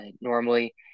normally